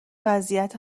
وضعیت